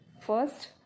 First